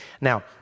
Now